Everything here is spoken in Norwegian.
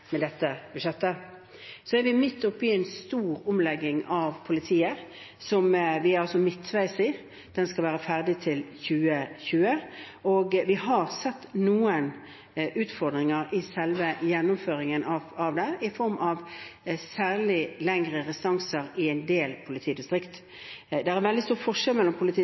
med dette budsjettet. Vi er midtveis i en stor omlegging av politiet. Den skal være ferdig til 2020, og vi har sett noen utfordringer i selve gjennomføringen av det, særlig i form av lengre restanser i en del politidistrikt. Det er veldig stor forskjell mellom